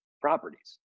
properties